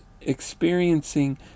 experiencing